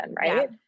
Right